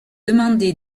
demandé